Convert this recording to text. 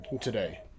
today